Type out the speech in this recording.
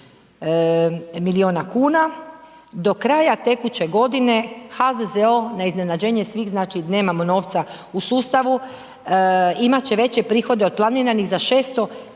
HZZO na iznenađenje svih znači, nemamo novca u sustavu, imat će veće prihode od planiranih za 650 milijuna